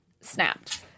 snapped